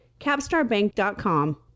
CapstarBank.com